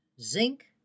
zinc